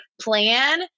plan